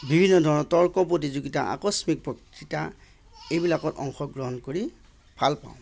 বিভিন্ন ধৰণৰ তৰ্ক প্ৰতিযোগিতা আকস্মিক বক্তৃতা এইবিলাকত অংশগ্ৰহণ কৰি ভালপাওঁ